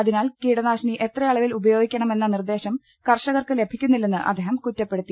അതിനാൽ കീടനാശിനി എത്രയളവിൽ ഉപ യോഗിക്കണമെന്ന നിർദേശം കർഷകർക്ക് ലഭിക്കുന്നില്ലെന്ന് അദ്ദേഹം കുറ്റപ്പെടുത്തി